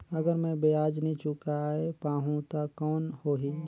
अगर मै ब्याज नी चुकाय पाहुं ता कौन हो ही?